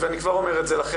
ואני כבר אומר לכם,